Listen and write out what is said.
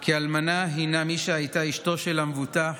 כי אלמנה הינה מי שהייתה אשתו של המבוטח